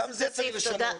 גם זה צריך לשנות.